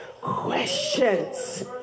Questions